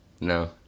No